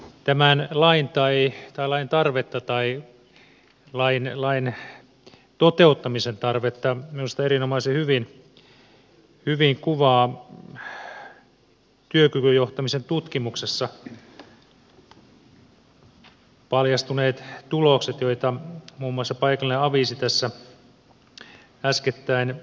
tämän lain toteuttamisen tarvetta minusta erinomaisen hyvin kuvaavat työkykyjohtamisen tutkimuksessa paljastuneet tulokset joita muun muassa paikallinen aviisi tässä äskettäin julkisti